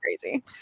crazy